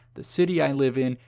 the city i live in,